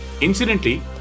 Incidentally